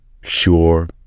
sure